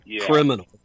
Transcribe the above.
criminal